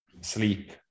sleep